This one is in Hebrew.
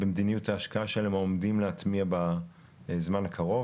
במדיניות ההשקעה שהם עומדים להטמיע בזמן הקרוב.